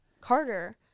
Carter